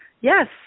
Yes